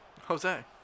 Jose